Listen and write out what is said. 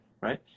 right